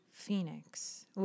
Phoenix